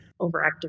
overactive